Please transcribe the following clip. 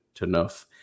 enough